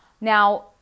Now